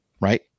Right